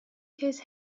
his